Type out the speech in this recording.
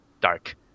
dark